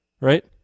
Right